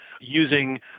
using